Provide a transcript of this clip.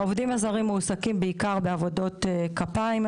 העובדים הזרים מועסקים בעיקר בעבודות כפיים,